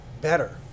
better